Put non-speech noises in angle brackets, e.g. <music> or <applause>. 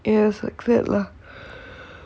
it was like that lah <breath>